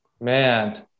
man